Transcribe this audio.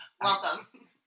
Welcome